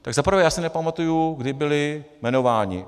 Tak za prvé, já si nepamatuji, kdy byli jmenováni.